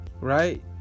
Right